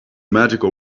magical